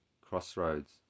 crossroads